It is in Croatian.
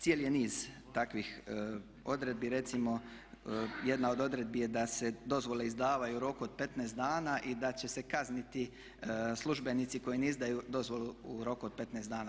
Cijeli je niz takvih odredbi, recimo jedna od odredbi je da se dozvole izdaju u roku od 15 dana i da će se kazniti službenici koji ne izdaju dozvolu u roku od 15 dana.